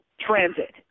transit